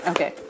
Okay